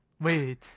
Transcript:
Wait